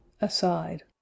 aside